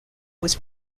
was